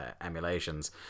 emulations